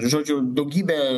žodžių daugybė